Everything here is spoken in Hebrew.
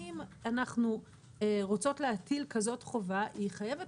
אם אנחנו רוצות להטיל כזאת חובה היא חייבת